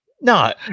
No